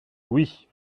oui